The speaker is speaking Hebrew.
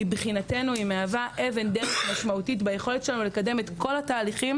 מבחינתנו היא מהווה אבן דרך משמעותית ביכולת שלנו לקדם את כל התהליכים,